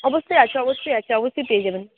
অবশ্যই আছে অবশ্যই আছে অবশ্যই পেয়ে যাবেন